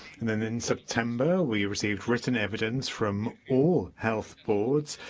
and and in september, we received written evidence from all health boards,